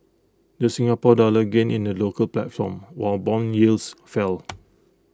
the Singapore dollar gained in the local platform while Bond yields fell